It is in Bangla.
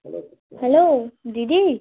হ্যালো দিদি